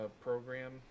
program